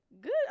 good